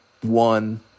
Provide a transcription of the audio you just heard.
one